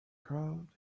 crowd